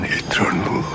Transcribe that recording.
eternal